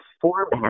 format